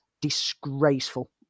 disgraceful